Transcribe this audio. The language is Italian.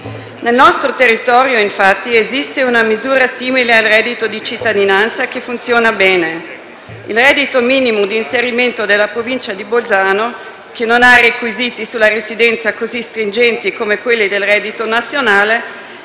Nel nostro territorio esiste una misura simile al reddito di cittadinanza, che funziona bene. Il reddito minimo di inserimento della Provincia di Bolzano, che non ha requisiti sulla residenza così stringenti come quelli del reddito nazionale,